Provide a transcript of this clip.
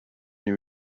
new